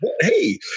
Hey